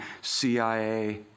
CIA